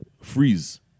freeze